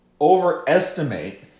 overestimate